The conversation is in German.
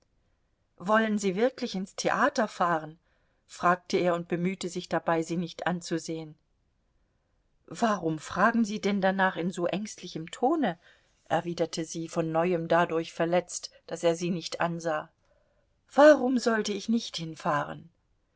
wollen sie wirklich ins theater fahren fragte er und bemühte sich dabei sie nicht anzusehen warum fragen sie denn danach in so ängstlichem tone erwiderte sie von neuem dadurch verletzt daß er sie nicht ansah warum sollte ich nicht hinfahren